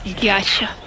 Gotcha